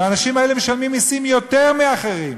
והאנשים האלה משלמים מסים יותר מאחרים,